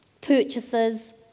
purchases